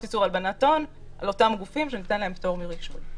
איסור הלבנת הון על אותם גופים שניתן להם פטור מרישוי.